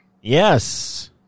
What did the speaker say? Yes